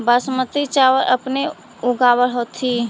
बासमती चाबल अपने ऊगाब होथिं?